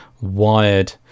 Wired